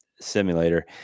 simulator